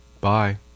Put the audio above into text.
Bye